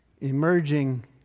emerging